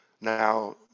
now